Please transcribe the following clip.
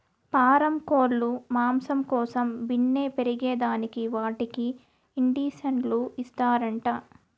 పారం కోల్లు మాంసం కోసం బిన్నే పెరగేదానికి వాటికి ఇండీసన్లు ఇస్తారంట